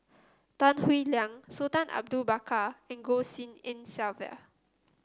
Tan Howe Liang Sultan Abu Bakar and Goh Tshin En Sylvia